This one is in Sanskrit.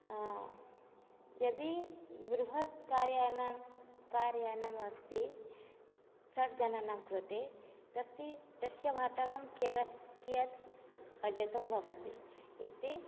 यदि बृहत् कार् यानं कार् यानम् अस्ति षड्जनानां कृते तस्सि तस्य भाटकं केर् कियत् भवति इति